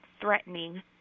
threatening